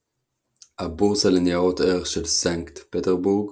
הבורסה לניירות ערך של סנקט פטרבורג